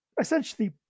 essentially